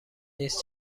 نیز